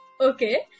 Okay